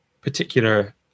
particular